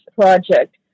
project